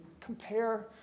compare